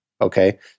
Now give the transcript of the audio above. Okay